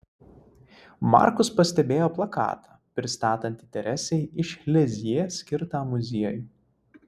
markus pastebėjo plakatą pristatantį teresei iš lizjė skirtą muziejų